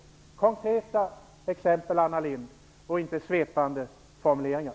Konkreta exempel, Anna Lindh - inte svepande formuleringar!